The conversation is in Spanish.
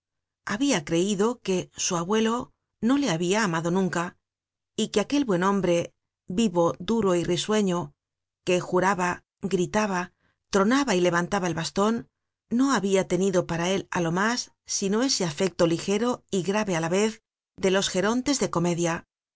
habia creido que su abuelo no le habia amado nunca y que aquel buen hombre vivo duro y risueño que juraba gritaba tronaba y levantaba el baston no habia tenido para él á lo mas sino ese afecto ligero y grave á la vez de los gerontes de comedia